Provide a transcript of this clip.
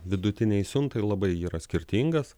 vidutinei siuntai labai yra skirtingas